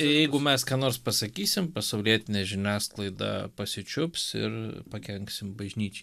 ir jeigu mes ką nors pasakysim pasaulietinė žiniasklaida pasičiups ir pakenksim bažnyčiai